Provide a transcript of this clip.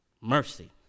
Mercy